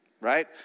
right